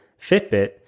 Fitbit